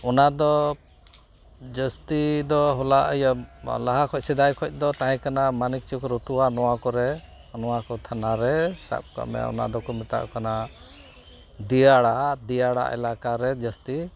ᱚᱱᱟᱫᱚ ᱡᱟᱹᱥᱛᱤ ᱫᱚ ᱦᱚᱞᱟ ᱤᱭᱟᱹ ᱞᱟᱦᱟ ᱠᱷᱚᱱ ᱥᱮᱫᱟᱭ ᱠᱷᱚᱱ ᱫᱚ ᱛᱟᱦᱮᱸᱠᱟᱱᱟ ᱢᱟᱱᱤᱠᱪᱚᱠ ᱨᱩᱴᱩᱣᱟ ᱱᱚᱣᱟ ᱠᱚᱨᱮ ᱱᱚᱣᱟᱠᱚ ᱛᱷᱟᱱᱟᱨᱮ ᱥᱟᱵᱼᱠᱟᱜ ᱢᱮ ᱚᱱᱟᱫᱚ ᱠᱚ ᱢᱮᱛᱟᱜ ᱠᱟᱱᱟ ᱫᱤᱭᱟᱲᱟ ᱫᱤᱭᱟᱲᱟ ᱮᱞᱟᱠᱟᱨᱮ ᱡᱟᱹᱥᱛᱤ